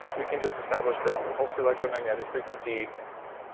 if we can just establish that pulse electromagnetic frequency